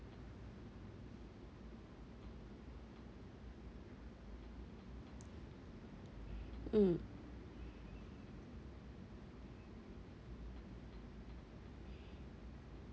mm